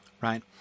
right